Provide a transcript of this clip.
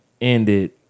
ended